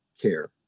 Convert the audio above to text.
care